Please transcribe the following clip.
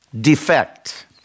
defect